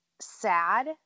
sad